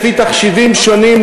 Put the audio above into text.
לפי תחשיבים שונים,